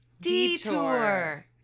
detour